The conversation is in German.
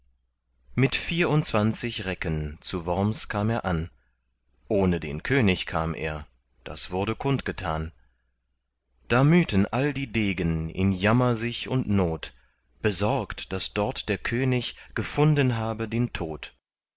mit vierundzwanzig recken zu worms kam er an ohne den könig kam er das wurde kund getan da mühten all die degen in jammer sich und not besorgt daß dort der könig gefunden habe den tod